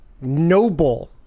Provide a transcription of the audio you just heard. noble